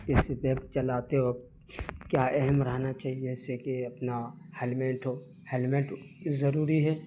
جیسے بیک چلاتے وقت کیا اہم رہنا چاہیے جیسے کہ اپنا ہیلمیٹ ہو ہیلمیٹ ضروری ہے